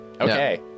Okay